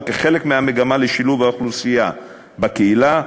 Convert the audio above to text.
וכחלק מהמגמה לשילוב האוכלוסייה בקהילה,